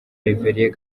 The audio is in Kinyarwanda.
rev